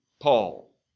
Paul